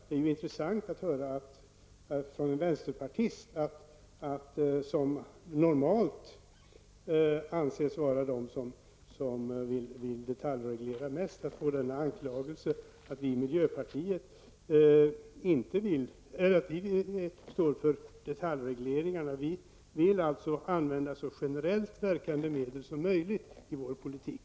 Det är intressant att höra från vänsterpartiet, som normalt anses vara det parti som vill detaljreglera mest, denna anklagelse att vi i miljöpartiet står för detaljreglering. Vi vill använda så generellt verkande medel som möjligt i vår politik.